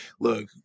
Look